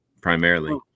primarily